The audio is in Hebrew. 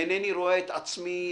אינני רואה את עצמי,